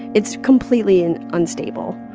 it's completely and unstable.